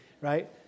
right